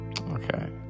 okay